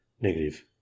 Negative